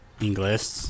English